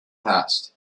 passed